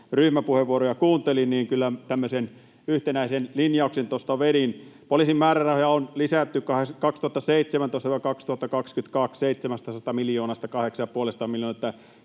ryhmäpuheenvuoroja kuuntelin, kyllä tämmöisen yhtenäisen linjauksen tuosta vedin. Poliisin määrärahoja on vuosina 2017—2022 lisätty 700 miljoonasta 850 miljoonaan,